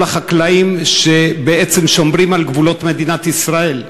החקלאים שבעצם שומרים על גבולות מדינת ישראל,